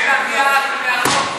באמת.